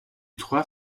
trois